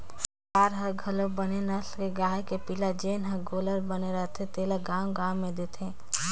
सरकार हर घलो बने नसल के गाय के पिला जेन हर गोल्लर बने रथे तेला गाँव गाँव में देथे